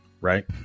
right